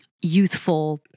youthful